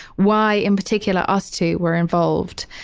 why in particularly us two were involved?